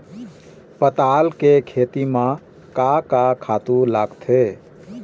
पताल के खेती म का का खातू लागथे?